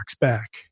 back